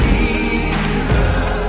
Jesus